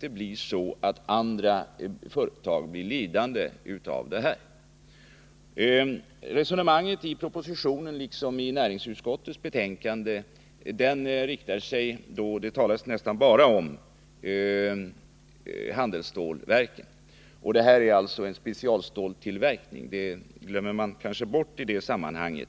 välkommen, men andra företag skulle inte bli lidande av den. Resonemanget i propositionen liksom i näringsutskottets betänkande i ärendet avsåg då nästan uteslutande handelsstålsverken. Vad det nu gäller är en specialstålstillverkning, vilket man kanske glömde bort i det här sammanhanget.